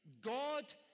God